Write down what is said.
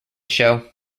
show